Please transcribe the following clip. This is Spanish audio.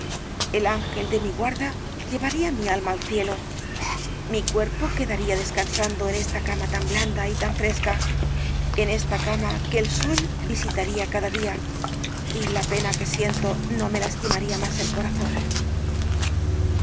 el ángel de mi guarda llevaría mi alma al cielo mi cuerpo quedaría descansando en esta cama tan blanda y tan fresca en esta cama que el sol visitaría cada día y la pena que siento no me lastimaría más el corazón